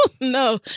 No